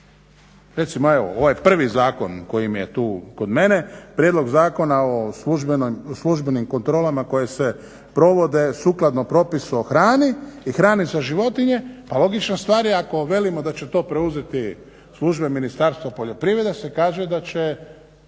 Recimo evo ovaj prvi zakon koji je tu kod mene, Prijedlog zakona o službenim kontrolama koje se provode sukladno propisu o hranu i hrani za životinje, pa logična stvar je ako velimo da će to preuzeti služba Ministarstva poljoprivrede se kaže da će